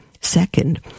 Second